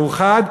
מאוחד,